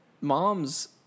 mom's